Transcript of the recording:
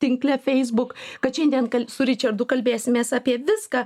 tinkle facebook kad šiandien su ričardu kalbėsimės apie viską